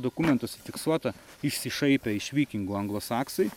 dokumentuose fiksuota išsišaipė iš vikingų anglosaksai